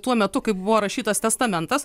tuo metu kai buvo rašytas testamentas